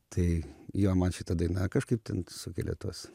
tai jo man šita daina kažkaip ten sukelia tuos